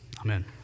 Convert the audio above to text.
Amen